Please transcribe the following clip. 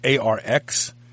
arx